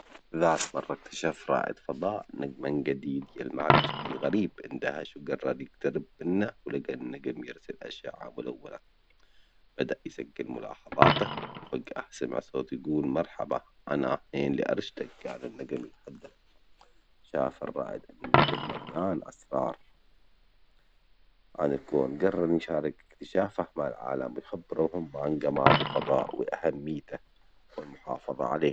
ذات مرة اكتشف رائد فضاء نجمًا جديد يلمع بشكل غريب، اندهش وجرر يجترب منه ولجي النجم يرسم أشياء ملونة، بدأ يسجل ملاحظاته وفجأة سمع صوت يجول مرحبًا أنا هين كان النجم يتحدث، شاف الرائد إن النجم مليان أسرار عن الكون، جرر يشارك اكتشافه مع العالم و يخبرهم عن جمال الفضاء وأهميته والمحافظة عليه.